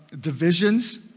Divisions